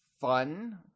fun